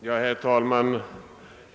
Herr talman!